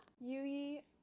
Yui